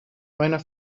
meiner